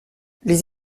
les